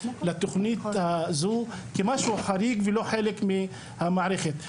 לתוכנית הזו כמשהו חריג ולא חלק מהמערכת.